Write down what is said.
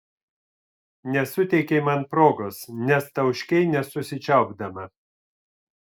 nesuteikei man progos nes tauškei nesusičiaupdama